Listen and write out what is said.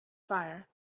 fire